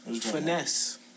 Finesse